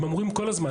הם אמורים כל הזמן,